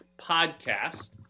podcast